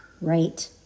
Right